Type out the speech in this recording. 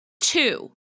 Two